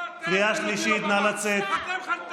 אני קורא אותך לסדר בפעם השנייה.